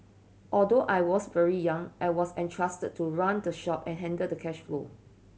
although I was very young I was entrusted to run the shop and handle the cash flow